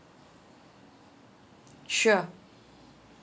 sure